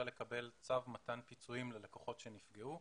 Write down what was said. לקבל צו מתן פיצויים ללקוחות שנפגעו.